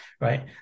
right